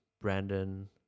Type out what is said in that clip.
Brandon